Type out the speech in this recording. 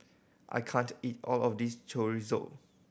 I can't eat all of this Chorizo